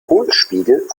hohlspiegel